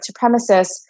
supremacists